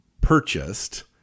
purchased